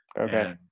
Okay